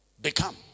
become